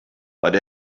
but